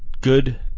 good